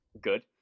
good